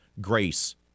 grace